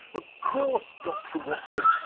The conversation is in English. of course, doctor watson,